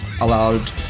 allowed